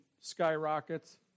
skyrockets